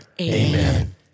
Amen